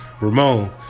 Ramon